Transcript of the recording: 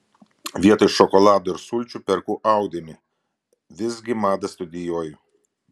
vietoj šokolado ir sulčių perku audinį visgi madą studijuoju